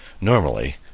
Normally